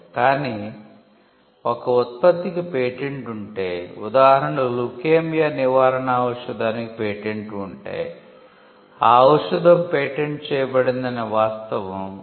కాని ఒక ఉత్పత్తికి పేటెంట్ ఉంటే ఉదాహరణకు లుకేమియా నివారణ ఔషదానికి పేటెంట్ ఉంటే ఈ ఔషధం పేటెంట్ చేయబడిందనే వాస్తవం ఆ